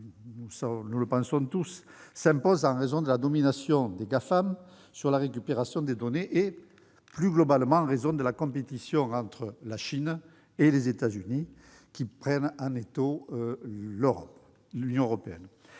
? Cette réserve s'impose en raison de la domination des Gafam sur la récupération de données et, plus globalement, en raison de la compétition entre la Chine et les États-Unis qui prend en étau l'Union européenne.